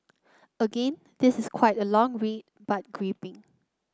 again this is quite a long read but gripping